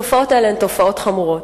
התופעות האלה הן תופעות חמורות.